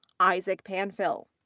isaac panfil.